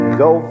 go